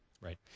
right